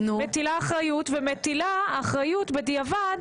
היא מטילה אחריות ומטילה אחריות בדיעבד